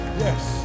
yes